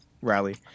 rally